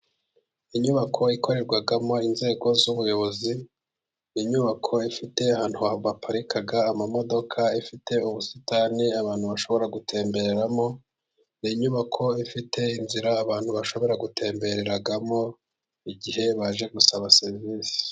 Inyubako ikorerwamo inzego z'ubuyobozi . Inyubako ifite ahantu baparika imodoka, ifite ubusitani abantu bashobora gutemberemo. Ni inyubako ifite inzira abantu bashobora gutemberamo igihe baje gusaba serivisi.